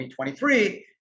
2023